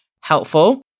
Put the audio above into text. helpful